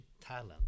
talent